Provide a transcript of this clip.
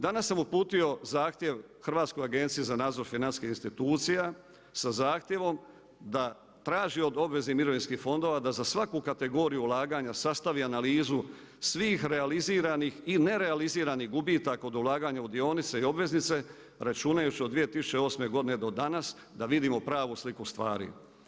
Danas sam uputio zahtjev Hrvatskoj agenciji za nadzor financijskih institucija, sa zahtjevom da traži od obveznih mirovinskih fondova da za svaku kategoriju ulaganja sastavi analizu svih realiziranih i nerealiziranih gubitaka od ulaganja u dionice i obveznice, računajući od 2008. godine do danas da vidimo pravu sliku stvari.